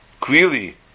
clearly